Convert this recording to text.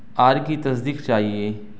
are کی تصدیق چاہیے